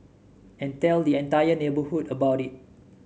and tell the entire neighbourhood about it